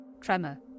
Tremor